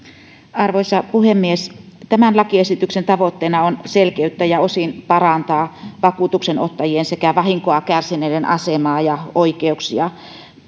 arvoisa puhemies tämän lakiesityksen tavoitteena on selkeyttää ja osin parantaa vakuutuksenottajien sekä vahinkoa kärsineiden asemaa ja oikeuksia